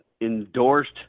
endorsed